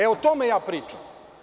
E, o tome ja pričam.